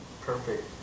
perfect